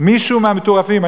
מישהו מהמטורפים,